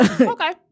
Okay